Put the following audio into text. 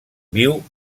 viu